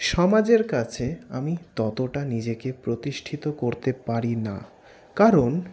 সমাজের কাছে আমি ততটা নিজেকে প্রতিষ্ঠিত করতে পারি না কারণ